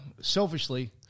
selfishly